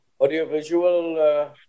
Audiovisual